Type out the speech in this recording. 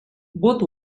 both